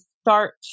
start